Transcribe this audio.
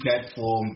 platform